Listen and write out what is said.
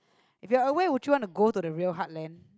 if you are away would you want to go to the real heartland